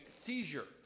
seizure